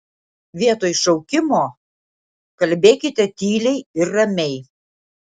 vietoj šaukimo kalbėkite tyliai ir ramiai